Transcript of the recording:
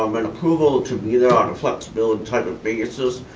um and approval to be there on a flexibility type of basis.